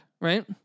right